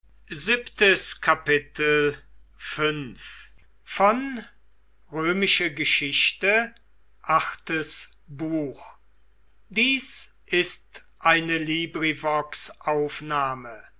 sind ist eine